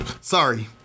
Sorry